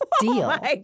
deal